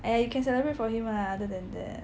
aiya you can celebrate for him lah other than that